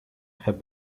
have